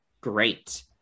Great